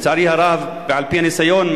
לצערי הרב ועל-פי הניסיון,